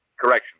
Correction